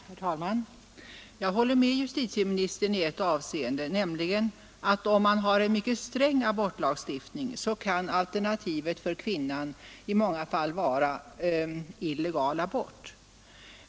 Herr talman! Jag håller med justitieministern i ett avseende, nämligen att om man har en mycket sträng abortlagstiftning kan alternativet för kvinnan i många fall vara illegal abort.